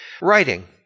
writing